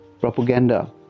propaganda